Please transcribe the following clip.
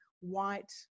white